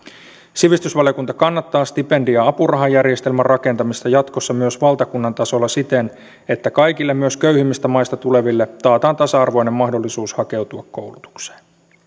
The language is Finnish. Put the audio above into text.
sivistysvaliokunta kannattaa stipendi ja apurahajärjestelmän rakentamista jatkossa myös valtakunnan tasolla siten että kaikille myös köyhimmistä maista tuleville taataan tasa arvoinen mahdollisuus hakeutua koulutukseen